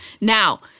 Now